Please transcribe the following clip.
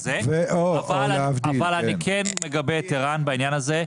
אבל אני כן מגבה את ערן בעניין הזה.